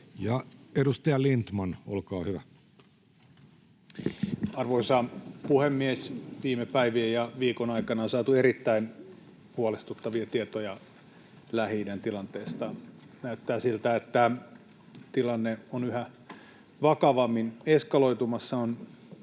Edustaja Lindtman, olkaa hyvä. Arvoisa puhemies! Viime päivien ja viikon aikana on saatu erittäin huolestuttavia tietoja Lähi-idän tilanteesta. Näyttää siltä, että tilanne on yhä vakavammin eskaloitumassa.